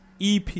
EP